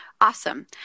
awesome